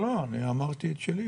לא, לא, אני אמרתי את שלי.